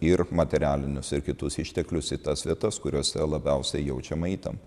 ir materialinius ir kitus išteklius į tas vietas kuriose labiausiai jaučiama įtampa